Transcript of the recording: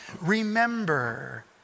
remember